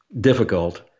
difficult